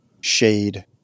shade